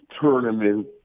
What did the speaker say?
tournament